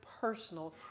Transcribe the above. personal